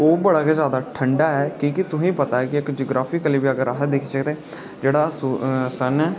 ओह् बड़ा गै जादा ठंडा ऐ क्योंकि ओह् तुसेंगी पता ऐ की अगर जियोग्रॉफिकली बी अस दिखचै ते जेह्ड़ा सन ऐ